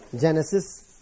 Genesis